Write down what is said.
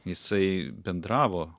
jisai bendravo